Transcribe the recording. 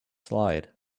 slide